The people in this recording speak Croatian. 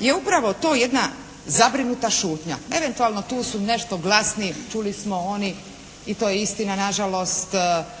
je upravo to jedna zabrinuta šutnja. Eventualno tu su nešto glasniji, čuli smo oni i to je istina nažalost